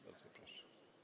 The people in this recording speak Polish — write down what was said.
Bardzo proszę.